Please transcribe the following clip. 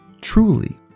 truly